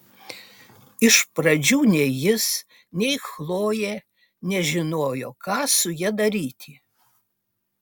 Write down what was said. iš pradžių nei jis nei chlojė nežinojo ką su ja daryti